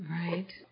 Right